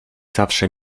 zawsze